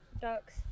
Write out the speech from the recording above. ducks